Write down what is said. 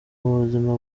buzima